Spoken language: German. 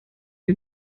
wir